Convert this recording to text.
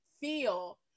feel